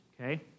okay